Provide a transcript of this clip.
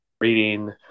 reading